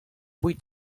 huit